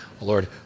Lord